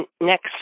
next